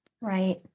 right